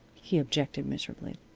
he objected, miserably.